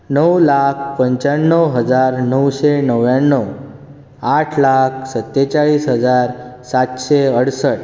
णव लाख पंच्याण्णव हजार णवशें णव्याण्णव आठ लाख सत्तेचाळीस हजार सातशें अडसट